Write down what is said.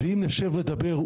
ואם נשב לדבר,